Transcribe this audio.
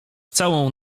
całą